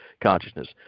consciousness